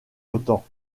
autant